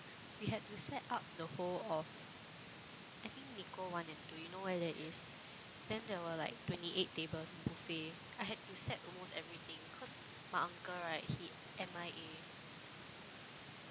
we had to set up the whole of I think one and two you know where that is then there were like twenty eight tables buffet I had to set almost everything cause my uncle right he M_I_A